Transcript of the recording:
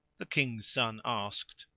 the king's son asked,